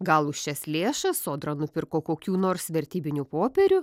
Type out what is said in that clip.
gal už šias lėšas sodra nupirko kokių nors vertybinių popierių